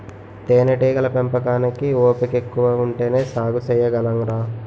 తేనేటీగల పెంపకానికి ఓపికెక్కువ ఉంటేనే సాగు సెయ్యగలంరా